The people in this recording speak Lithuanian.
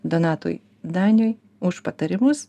donatui daniui už patarimus